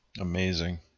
Amazing